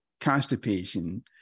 constipation